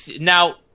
Now